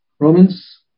Romans